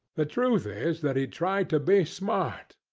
the truth is, that he tried to be smart,